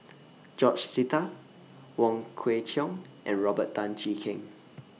George Sita Wong Kwei Cheong and Robert Tan Jee Keng